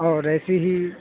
اور ایسی ہی